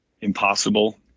impossible